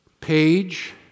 page